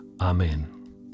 Amen